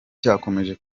cyakomeje